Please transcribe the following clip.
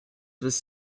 was